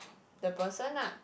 the person lah